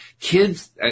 Kids